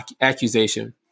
accusation